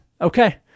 okay